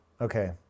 okay